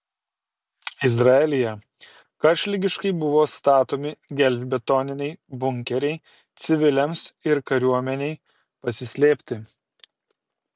izraelyje karštligiškai buvo statomi gelžbetoniniai bunkeriai civiliams ir kariuomenei pasislėpti